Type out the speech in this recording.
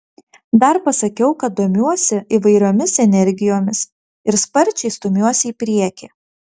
dar pasakiau kad domiuosi įvairiomis energijomis ir sparčiai stumiuosi į priekį